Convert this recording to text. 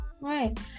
Right